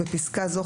בפסקה זו,